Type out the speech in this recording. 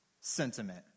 sentiment